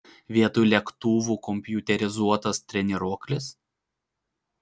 vietoj lėktuvų kompiuterizuotas treniruoklis